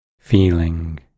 feeling